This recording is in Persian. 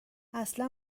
اصلا